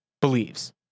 believes